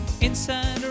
inside